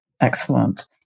Excellent